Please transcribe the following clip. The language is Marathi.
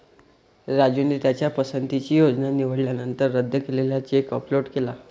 राजूने त्याच्या पसंतीची योजना निवडल्यानंतर रद्द केलेला चेक अपलोड केला